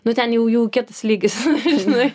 nu ten jau jau kitas lygis žinai